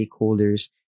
stakeholders